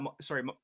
Sorry